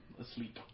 asleep